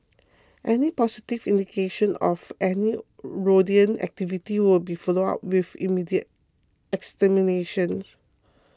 any positive indication of any rodent activity will be followed up with immediate extermination